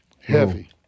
Heavy